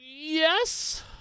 Yes